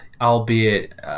albeit